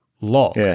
lock